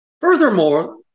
Furthermore